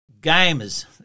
Gamers